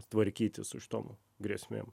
tvarkytis su šitom grėsmėm